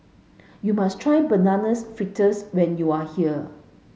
you must try bananas fritters when you are here